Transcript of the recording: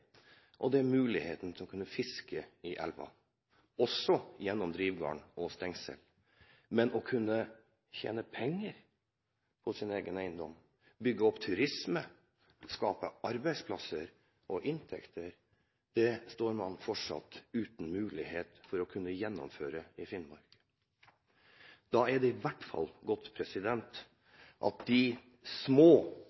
og det er muligheten til å fiske i elven, også med drivgarn og stengsel. Men det å kunne tjene penger på sin egen eiendom, bygge opp turisme, skape arbeidsplasser og inntekter, står man fortsatt uten mulighet til å kunne gjennomføre i Finnmark. Da er det i hvert fall godt